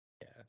Yes